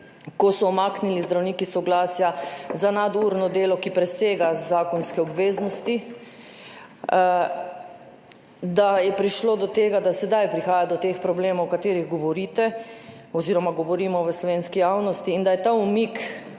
ko so zdravniki umaknili soglasja za nadurno delo, ki presega zakonske obveznosti, da je prišlo do tega, da sedaj prihaja do teh problemov, o katerih govorite oziroma govorimo v slovenski javnosti, in da je ta umik